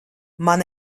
man